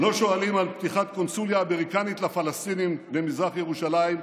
לא שואלים על פתיחת קונסוליה אמריקנית לפלסטינים במזרח ירושלים,